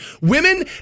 women